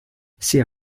sia